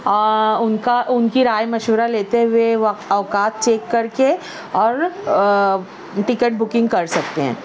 ان کا ان کی رائے مشورہ لیتے ہوئے وقت اوقات چیک کر کے اور ٹکٹ بکنگ کر سکتے ہیں